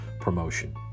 Promotion